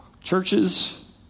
churches